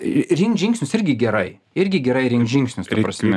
rinkt žingsnius irgi gerai irgi gerai rinkt žingsnius ta prasme